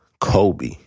Kobe